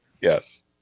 Yes